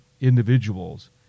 individuals